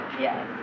Yes